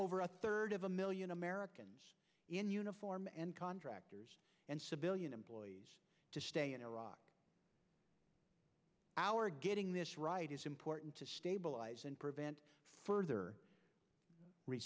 over a third of a million americans in uniform and contractors and civilian employees to stay in iraq our getting this right is important to stabilize and prevent further re